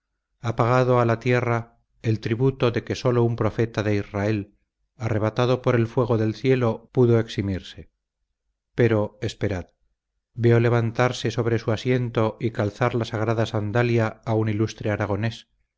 pagado a la tierra el tributo de que sólo un profeta de israel arrebatado por el fuego del cielo pudo eximirse pero esperad veo levantarse sobre su asiento y calzar la sagrada sandalia a un ilustre aragonés